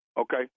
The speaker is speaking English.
Okay